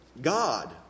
God